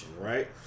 right